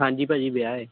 ਹਾਂਜੀ ਭਾਅ ਜੀ ਵਿਆਹ ਹੈ